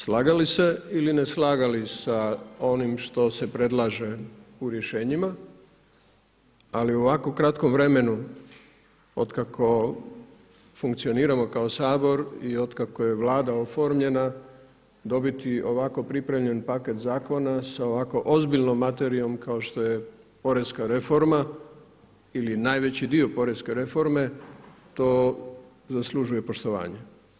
Slagali se ili ne slagali sa onim što se predlaže u rješenjima ali u ovako kratkom vremenu od kako funkcioniramo kao Sabor i od kako je Vlada oformljena dobiti ovako pripremljen paket zakona sa ovako ozbiljnom materijom kao što je porezna reforma ili najveći dio porezne reforme to zaslužuje poštovanje.